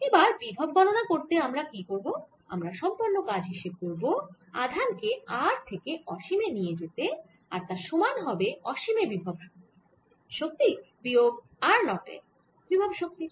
এবার বিভব গণনা করতে আমরা কি করব আমরা সম্পন্ন কাজ হিসেব করব আধান কে r থেকে অসীমে নিয়ে যেতা আর তা সমান হবে অসীমে বিভব শক্তি বিয়োগ r 0 তে বিভব শক্তির